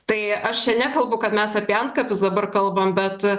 tai aš čia nekalbu kad mes apie antkapius dabar kalbam bet